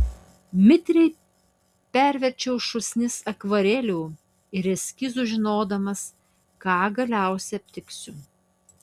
mitriai perverčiau šūsnis akvarelių ir eskizų žinodamas ką galiausiai aptiksiu